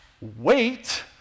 wait